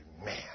amen